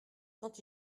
quand